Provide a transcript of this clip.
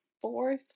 fourth